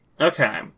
okay